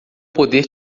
poder